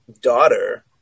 daughter